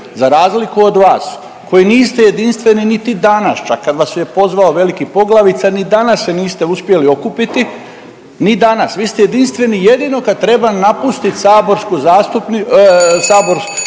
Za razliku od vas koji niste jedinstveni niti danas kad vas je pozvao veliki poglavica ni danas se niste uspjeli okupiti. Ni danas, vi ste jedinstveni jedino kad treba napustiti saborsku zastupni…